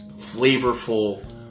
flavorful